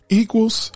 equals